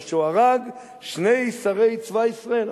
הלוא כשהוא הרג שני שרי צבא ישראל,